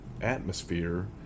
atmosphere